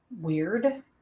weird